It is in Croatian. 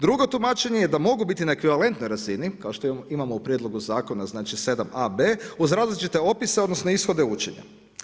Drugo tumačenje je da mogu biti na ekvivalentnoj razini kao što imao u prijedlogu zakona, znači 7a, b uz različite opise, odnosno ishode učenja.